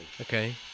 Okay